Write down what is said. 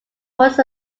was